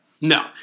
No